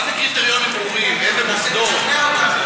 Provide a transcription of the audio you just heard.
מה זה, איזה מוסדות,